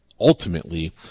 Ultimately